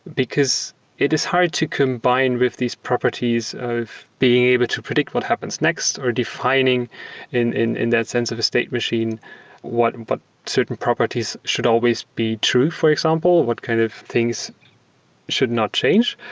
because it is hard to combine with these properties of being able to predict what happens next or defining in in that sense of a state machine what but certain properties should always be true, for example. what kind of things should not change?